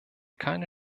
keine